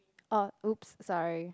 orh oops sorry